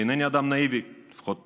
אינני אדם נאיבי, לפחות